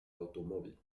automòbil